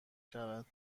شود